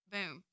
Boom